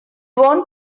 want